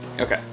Okay